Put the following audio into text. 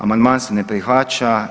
Amandman se ne prihvaća.